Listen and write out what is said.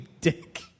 dick